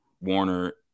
Warner